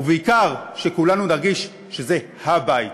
ובעיקר שכולנו נרגיש שזה הבית.